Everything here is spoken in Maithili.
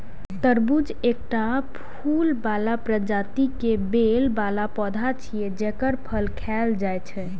तरबूज एकटा फूल बला प्रजाति के बेल बला पौधा छियै, जेकर फल खायल जाइ छै